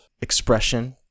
Expression